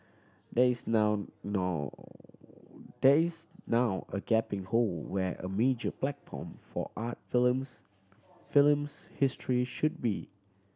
there is now now there is now a gaping hole where a major platform for art films films history should be